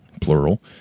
plural